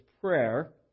prayer